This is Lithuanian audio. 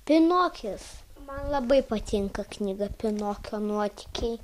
pinokis man labai patinka knyga pinokio nuotykiai